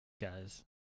guys